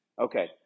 Okay